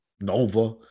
Nova